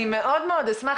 אני מאוד מאוד אשמח,